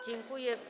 Dziękuję.